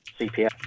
CPS